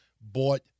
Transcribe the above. bought